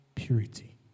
Purity